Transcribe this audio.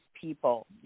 people